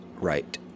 right